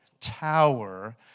tower